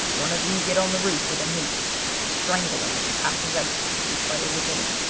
one of you get on the roof with a noose and strangle him as he passes out if we fail within